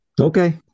Okay